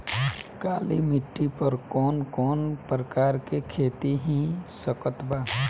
काली मिट्टी पर कौन कौन प्रकार के खेती हो सकत बा?